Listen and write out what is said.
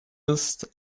ist